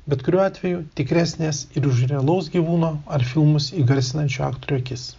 bet kuriuo atveju tikresnės ir už realaus gyvūno ar filmus įgarsinančių aktorių akis